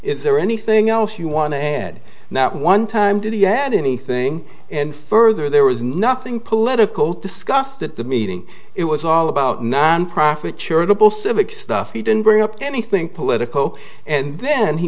is there anything else you want to head now at one time did he add anything and further there was nothing political discussed at the meeting it was all about nonprofit charitable civic stuff he didn't bring up anything political and then he